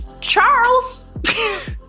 Charles